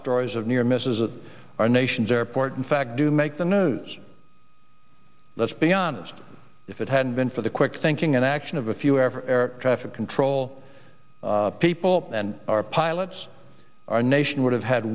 stories of near misses that our nation's airport in fact do make the news let's be honest if it hadn't been for the quick thinking and action of a few ever air traffic control people and our pilots our nation would have had